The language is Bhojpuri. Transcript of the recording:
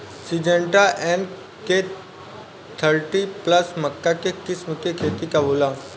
सिंजेंटा एन.के थर्टी प्लस मक्का के किस्म के खेती कब होला?